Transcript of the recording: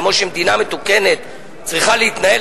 כמו שמדינה מתוקנת צריכה להתנהל,